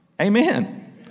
amen